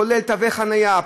כולל תווי חניה,